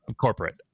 Corporate